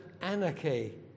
anarchy